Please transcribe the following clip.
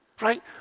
right